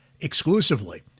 exclusively